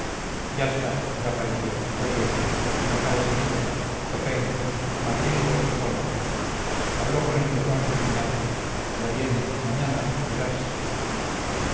ya está ya pareció ya viene no caes en ello zopenco madrilgo gizona habló con ildefonso en oñate ya viene mañana verás